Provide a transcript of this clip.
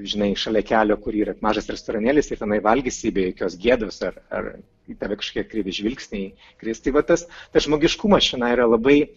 žinai šalia kelio kur yra mažas restoranėlis ir tenai valgysi be jokios gėdos ar ar į tave kažkokie kreivi žvilgsniai kris tai va tas tas žmogiškumas čionai yra labai